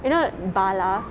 you know bala